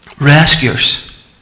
Rescuers